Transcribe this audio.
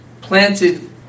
planted